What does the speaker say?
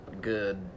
good